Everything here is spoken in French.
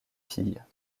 filles